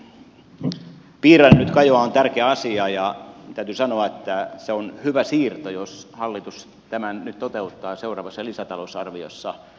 se mihin piirainen nyt kajoaa on tärkeä asia ja täytyy sanoa että se on hyvä siirto jos hallitus tämän nyt toteuttaa seuraavassa lisätalousarviossa